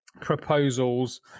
proposals